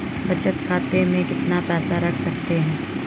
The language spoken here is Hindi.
बचत खाते में कितना पैसा रख सकते हैं?